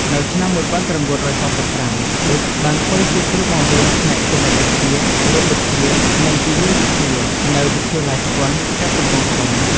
នៅឆ្នាំ១៩៦៥ ឌុច បានធ្វើជាគ្រូបង្រៀនផ្នែកគណិតវិទ្យា រូបវិទ្យា និងគីមីវិទ្យា នៅវិទ្យាល័យស្គន់ ខេត្តកំពង់ធំ។